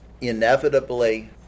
inevitably